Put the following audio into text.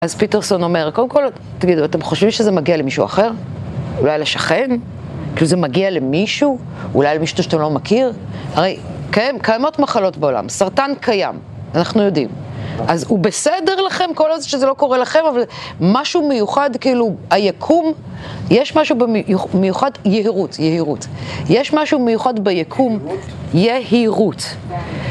אז פיטרסון אומר, קודם כל, תגידו, אתם חושבים שזה מגיע למישהו אחר? אולי לשכן? כאילו, זה מגיע למישהו? אולי למישהו שאתה לא מכיר? הרי, קיימות מחלות בעולם, סרטן קיים, אנחנו יודעים. אז הוא בסדר לכם, כל עוד שזה שזה לא קורה לכם, אבל משהו מיוחד, כאילו, היקום, יש משהו מיוחד, יהירות, יהירות. יש משהו מיוחד ביקום - יהירות.